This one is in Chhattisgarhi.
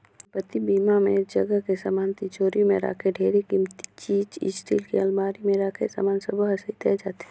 संपत्ति बीमा म ऐ जगह के समान तिजोरी मे राखे ढेरे किमती चीच स्टील के अलमारी मे राखे समान सबो हर सेंइताए जाथे